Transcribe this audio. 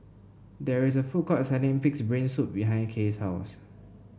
there is a food court selling pig's brain soup behind Kay's house